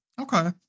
Okay